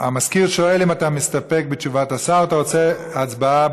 המזכיר שואל אם אתה מסתפק בתשובת השר או שאתה רוצה הצבעה,